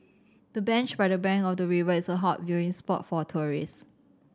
the bench by the bank of the river is a hot viewing spot for tourist